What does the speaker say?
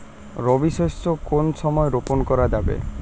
রবি শস্য কোন সময় রোপন করা যাবে?